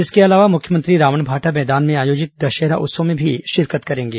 इसके अलावा मुख्यमंत्री रावणभाटा मैदान में आयोजित दशहरा उत्सव में भी शिरकत करेंगे